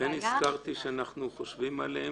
לכן הזכרתי שאנחנו חושבים עליהם.